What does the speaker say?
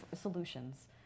solutions